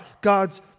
God's